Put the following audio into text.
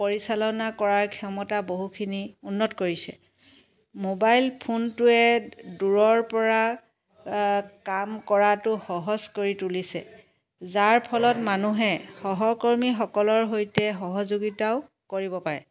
পৰিচালনা কৰাৰ ক্ষমতা বহুখিনি উন্নত কৰিছে মোবাইল ফোনটোৱে দূৰৰপৰা কাম কৰাতো সহজ কৰি তুলিছে যাৰ ফলত মানুহে সহকৰ্মীসকলৰ সৈতে সহযোগীতাও কৰিব পাৰে